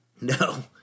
No